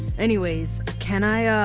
anyways can i, ah